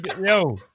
Yo